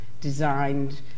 designed